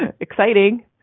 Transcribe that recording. exciting